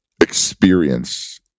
experience